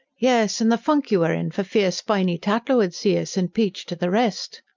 yes, and the funk you were in for fear spiny tatlow ud see us, and peach to the rest!